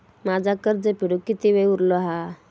माझा कर्ज फेडुक किती वेळ उरलो हा?